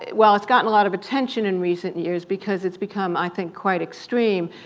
while it's gotten a lot of attention in recent years because it's become, i think, quite extreme,